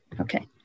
okay